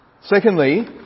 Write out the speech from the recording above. Secondly